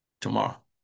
tomorrow